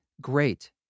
Great